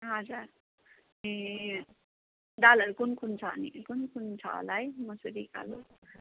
हजुर ए दालहरू कुन कुन छ कुन कुन छ होला है मुसुरी कालो